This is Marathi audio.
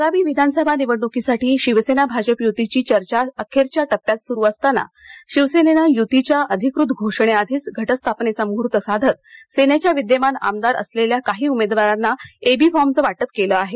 आगामी विधानसभा निवडण्कीसाठी शिवसेना भाजप युतीची चर्चा अखेरच्या टप्प्यात सुरू असताना शिवसेनेनं युतीच्या अधिकृत घोषणेआधीच घटस्थापनेचा मुहूर्त साधत सेनेच्या विद्यमान आमदार असलेल्या काही उमेदवारांना एबी फॉर्मचे वाटप केले आहे